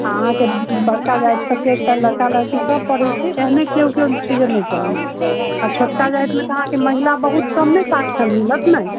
अहाँके बड़का जाति सभके लड़का लड़की सभ पढ़ै छै एहने कियौ कियौ छै जे नहि पढ़ै छै आ छोटका जातिमे तऽ अहाँके महिला बहुत कमे साक्षर मिलत नहि